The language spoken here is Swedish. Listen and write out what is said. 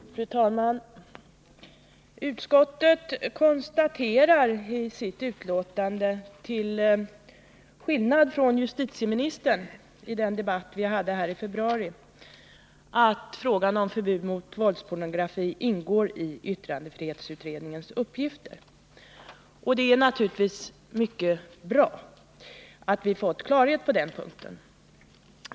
Fru talman! Utskottet konstaterar i sitt betänkande — till skillnad från justitieministern i den debatt vi hade i februari — att frågan om förbud mot våldspornografi ingår i yttrandefrihetsutredningens uppgifter. Det är naturligtvis mycket bra att vi fått klarhet på den punkten.